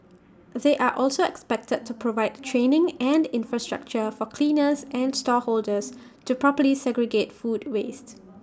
they are also expected to provide training and infrastructure for cleaners and stall holders to properly segregate food waste